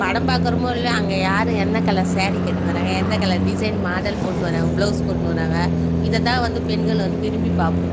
படம் பார்க்கறமோ இல்லையோ அங்கே யார் என்ன கலர் ஸேரி கட்டின்னு வராங்க எந்த கலர் டிசைன் மாடல் போட்டுனு வராங்க ப்ளவுஸ் போட்டுனு வராங்க இதை தான் வந்து பெண்கள் வந்து விரும்பி பார்ப்போம்